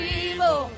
evil